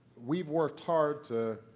we've worked hard to